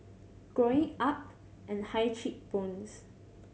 growing up and high cheek bones